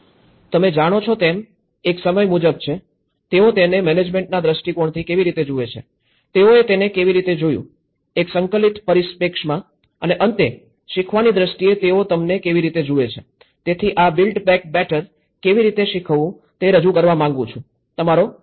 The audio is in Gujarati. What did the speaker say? તમે જાણો છો તેમ એક સમય મુજબ છે તેઓ તેને મેનેજમેન્ટના દ્રષ્ટિકોણથી કેવી રીતે જુએ છે તેઓએ તેને કેવી રીતે જોયું એક સંકલિત પરિપ્રેક્ષ્યમાં અને અંતે શીખવાની દ્રષ્ટિએ તેઓ તમને કેવી રીતે જુએ છે તેથી આ બિલ્ડ બેક બેટર કેવી રીતે શીખવવું તે રજૂ કરવા માંગું છું તમારો ખૂબ ખૂબ આભાર